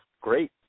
great